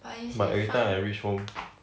but you say fun